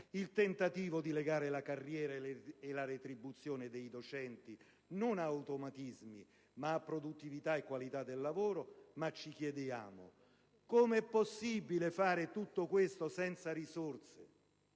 il tentativo di legare la carriera e la retribuzione dei docenti non ad automatismi, ma a produttività e qualità del lavoro. Ci chiediamo però come sia possibile fare tutto ciò senza risorse;